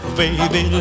Baby